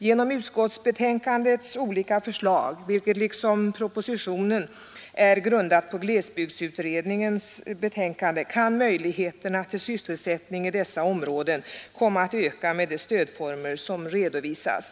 Genom utskottsbetänkandets olika förslag, vilka liksom propositionen är grundade på glesbygdsutredningens betänkande, kan möjligheterna till sysselsättning i dessa områden komma att ökas tack vare de stödformer som redovisas.